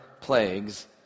plagues